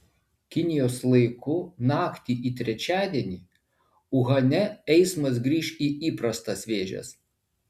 kinijos laiku naktį į trečiadienį uhane eismas grįš į įprastas vėžes